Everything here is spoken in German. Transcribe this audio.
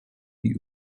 die